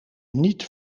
niet